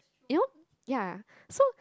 you know ya so